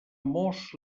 mos